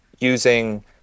using